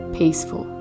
peaceful